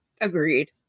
Agreed